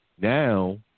Now